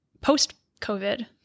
post-COVID